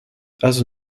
also